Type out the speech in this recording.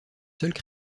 seules